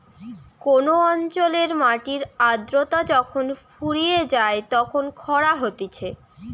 কোন অঞ্চলের মাটির আদ্রতা যখন ফুরিয়ে যায় তখন খরা হতিছে